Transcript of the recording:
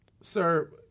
sir